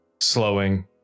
slowing